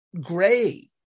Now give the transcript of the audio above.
gray